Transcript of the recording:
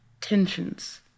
tensions